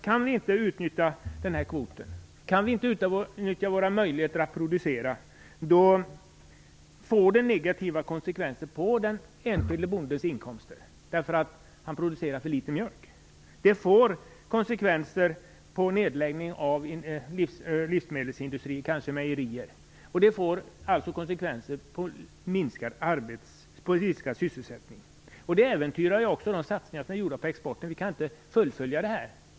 Kan vi inte utnyttja den här kvoten, kan vi inte utnyttja våra möjligheter att producera, då får det negativa konsekvenser för den enskilde bondens inkomster därför att han producerar för litet mjölk. Det får konsekvenser i form av nedläggning av livsmedelsindustrier, kanske mejerier, och det får konsekvenser i form av minskad sysselsättning. Det äventyrar också de satsningar som är gjorda på exporten. Vi kan inte fullfölja de satsningarna.